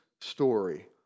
story